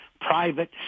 private